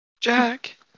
Jack